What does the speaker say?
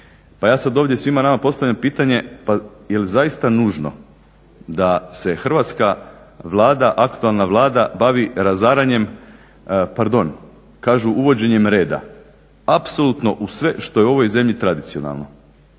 Pa ja sad ovdje svima nama postavljam pitanje, pa jel' zaista nužno da se hrvatska Vlada, aktualna Vlada bavi razaranjem, pardon kažu uvođenjem reda apsolutno u sve što je u ovoj zemlji tradicionalno.